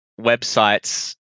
websites